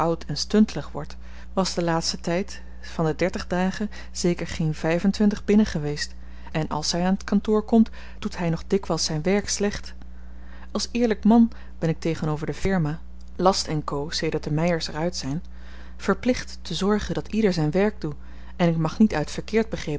oud en stuntelig wordt was den laatsten tyd van de dertig dagen zeker geen vyf en twintig binnen geweest en àls hy aan t kantoor komt doet hy nog dikwyls zyn werk slecht als eerlyk man ben ik tegenover de firma last co sedert de meyers er uit zyn verplicht te zorgen dat ieder zyn werk doe en ik mag niet uit verkeerd begrepen